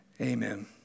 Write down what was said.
Amen